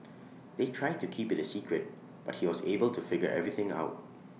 they tried to keep IT A secret but he was able to figure everything out